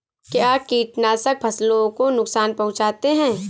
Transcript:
क्या कीटनाशक फसलों को नुकसान पहुँचाते हैं?